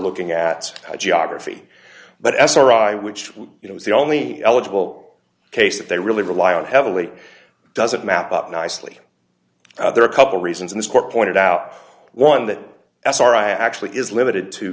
looking at a geography but sri which you know is the only eligible case that they really rely on heavily doesn't map up nicely there are a couple reasons in this court pointed out one that sri actually is limited to